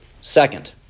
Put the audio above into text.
Second